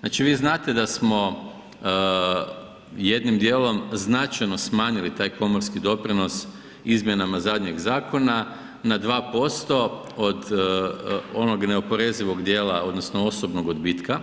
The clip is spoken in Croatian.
Znači vi znate da smo jednim dijelom značajno smanjili taj komorski doprinos izmjenama zadnjeg zakona na 2% od onog neoporezivog dijela odnosno osobnog odbitka